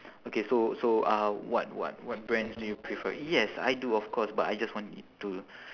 okay so so uh what what what brands do you prefer yes I do of course but I just want to